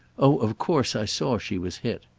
oh of course i saw she was hit.